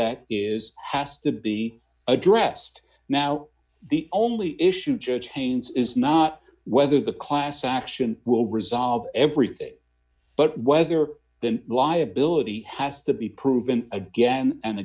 that is has to be addressed now the only issue judge haynes is not whether the class action will resolve everything but whether the liability has to be proven again and